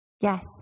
Yes